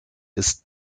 ist